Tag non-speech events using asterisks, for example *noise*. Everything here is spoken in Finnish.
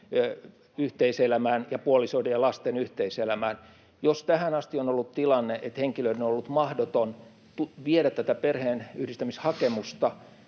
yhteiselämään. *noise* Jos tähän asti on ollut tilanne, että henkilön on ollut mahdoton viedä tätä perheenyhdistämishakemusta